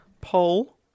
poll